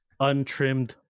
untrimmed